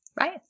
right